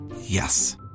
Yes